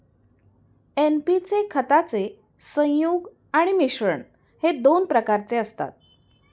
NP चे खताचे संयुग आणि मिश्रण हे दोन प्रकारचे असतात